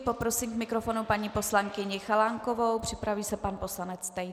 Poprosím k mikrofonu paní poslankyni Chalánkovou, připraví se pan poslanec Tejc.